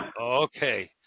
Okay